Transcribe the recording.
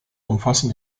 umfassen